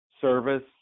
service